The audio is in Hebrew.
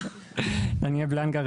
דניאל בלנגה,